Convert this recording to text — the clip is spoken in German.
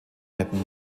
hätten